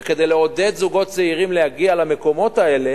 וכדי לעודד זוגות צעירים להגיע למקומות האלה